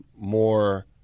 more